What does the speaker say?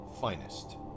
finest